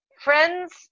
friends